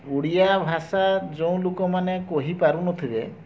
ଓଡ଼ିଆ ଭାଷା ଯେଉଁ ଲୋକମାନେ କହିପାରୁନଥିବେ